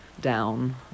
down